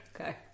Okay